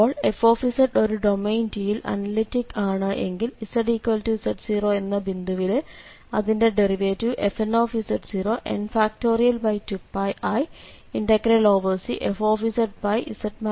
അപ്പോൾ f ഒരു domain D യിൽ അനലിറ്റിക്ക് ആണ് എങ്കിൽ zz0 എന്ന ബിന്ദുവിലെ അതിന്റെ ഡെറിവേറ്റിവ് fnz0 n